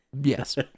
Yes